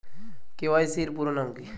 KYC এর পুরোনাম কী?